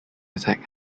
attack